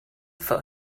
for